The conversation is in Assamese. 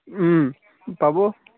পাব